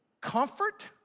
comfort